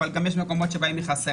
אבל גם יש מקומות שבהם היא חסרה,